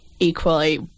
equally